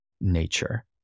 nature